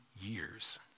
years